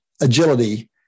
agility